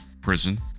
prison